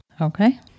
Okay